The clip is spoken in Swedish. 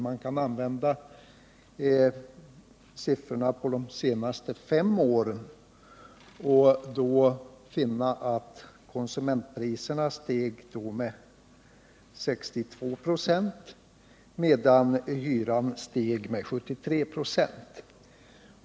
Man kan använda siffrorna för de senaste fem åren och då finna att konsumentpriserna under den perioden steg med 62 26, medan hyrorna steg med 73 96.